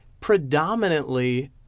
predominantly